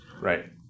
right